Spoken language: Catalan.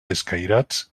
escairats